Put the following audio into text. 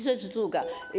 Rzecz druga.